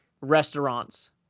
restaurants